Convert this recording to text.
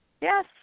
Yes